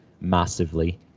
massively